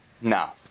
No